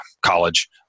college